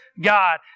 God